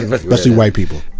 especially white people.